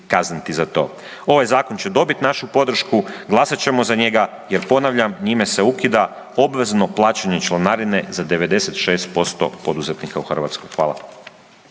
kazniti za to. Ovaj zakon će dobiti našu podršku, glasat ćemo za njega jel ponavljam, njime se ukida obvezno plaćanje članarine za 96% poduzetnika u Hrvatskoj. Hvala.